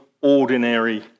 ordinary